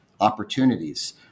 opportunities